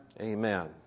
Amen